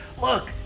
look